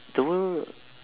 the world